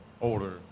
older